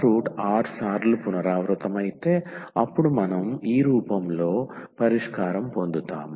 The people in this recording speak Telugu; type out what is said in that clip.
రూట్ r సార్లు పునరావృతమైతే అప్పుడు మనం ఈ రూపంలో పరిష్కారం పొందుతాము